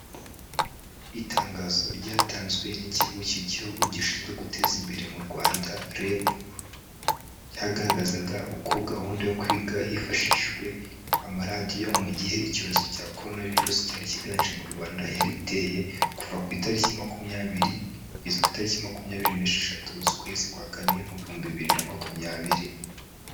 Itangazo ryatanzwe n'ikigo cy'Igihugu gishinzwe guteza imbere mu Rwanda REB, cyagaragazaga uko gahunda yo kwiga hifashishijwe amaradiyo mu gihe icyorezo cya koronavirusi cyari kiganje mu Rwanda yari iteye, kuva ku itariki makumyabiri, kugeza ku itariki makumyabiri n'esheshatu z'ukwezi kwa kane, mu bihumbi bibiri na makumyabiri.